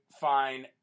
fine